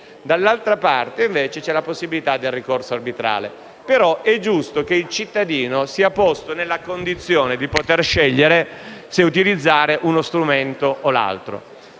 dall'altra, invece, c'è la possibilità del ricorso arbitrale. È però giusto che il cittadino sia posto nella condizione di poter scegliere se utilizzare uno strumento o l'altro,